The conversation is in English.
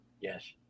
Yes